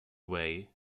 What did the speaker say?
way